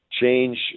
Change